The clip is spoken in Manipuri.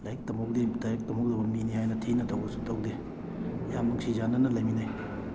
ꯂꯥꯏꯔꯤꯛ ꯇꯝꯍꯧꯗꯦ ꯂꯥꯏꯔꯤꯛ ꯇꯝꯍꯧꯗꯕ ꯃꯤꯅꯤ ꯍꯥꯏꯅ ꯊꯤꯅ ꯇꯧꯕꯁꯨ ꯇꯧꯗꯦ ꯌꯥꯝ ꯅꯨꯡꯁꯤ ꯆꯥꯅꯅ ꯂꯩꯃꯤꯟꯅꯩ